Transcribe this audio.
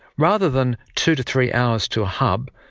rather than two to three hours to a hub,